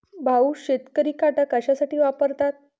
भाऊ, शेतकरी काटा कशासाठी वापरतात?